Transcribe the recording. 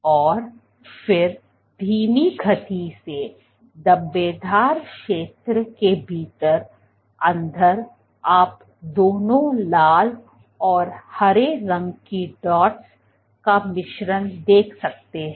और फिर धीमी गति से धब्बेदार क्षेत्र के भीतर अंदर आप दोनों लाल और हरे रंग के डॉट्स का मिश्रण देख सकते है